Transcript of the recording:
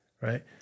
right